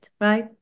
right